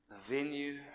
venue